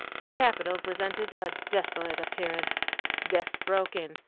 the capitol presented a desolate appearance desks broken,